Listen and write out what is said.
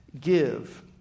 give